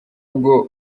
bwo